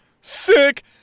Sick